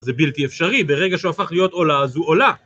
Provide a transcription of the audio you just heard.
זה בלתי אפשרי, ברגע שהוא הפך להיות עולה אז הוא עולה.